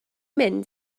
mynd